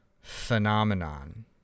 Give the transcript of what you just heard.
phenomenon